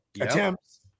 Attempts